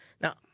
Now